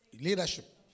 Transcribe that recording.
Leadership